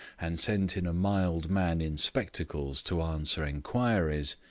and sent in a mild man in spectacles to answer inquiries,